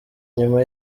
nyuma